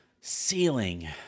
ceiling